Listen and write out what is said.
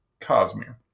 Cosmere